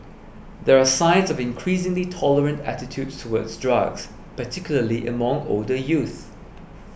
there are signs of increasingly tolerant attitudes towards drugs particularly among older youth